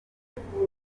njyewe